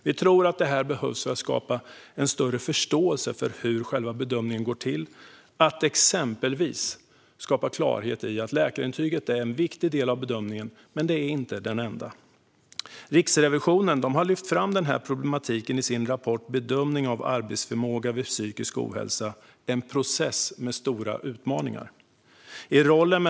Vi tror att detta behövs för att skapa en större förståelse för hur själva bedömningen går till, att exempelvis skapa klarhet i att läkarintyget är en viktig del i bedömningen men inte den enda. Riksrevisionen har lyft fram denna problematik i sin rapport Bedömning av arbetsförmåga vid psykisk ohälsa - en process med stora utmaningar .